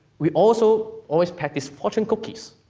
we also always packed these fortune cookies.